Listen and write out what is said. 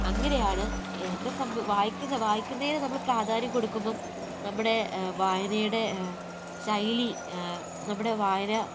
അങ്ങനെയാണ് എന്നെ വായിക്കുന്ന വായിക്കുന്നതിനെ നമ്മൾ പ്രാധാന്യം കൊടുക്കുമ്പം നമ്മുടെ വായനയുടെ ശൈലി നമ്മുടെ വായന